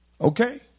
Okay